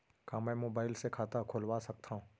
का मैं मोबाइल से खाता खोलवा सकथव?